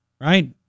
right